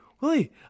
Willie